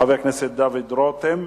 חבר הכנסת דוד רותם.